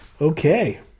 Okay